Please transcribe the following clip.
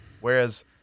Whereas